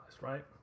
right